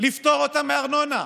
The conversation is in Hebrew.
לפטור אותם מארנונה,